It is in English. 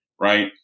right